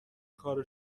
کار